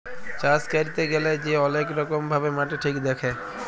চাষ ক্যইরতে গ্যালে যে অলেক রকম ভাবে মাটি ঠিক দ্যাখে